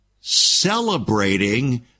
celebrating